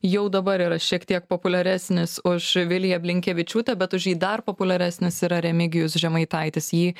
jau dabar yra šiek tiek populiaresnis už viliją blinkevičiūtę bet už jį dar populiaresnis yra remigijus žemaitaitis jį